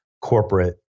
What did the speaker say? corporate